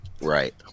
Right